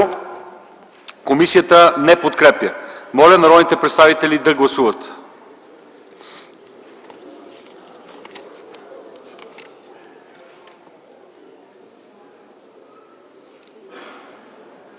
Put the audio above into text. комисията не подкрепя. Моля народните представители да гласуват.